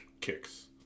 kicks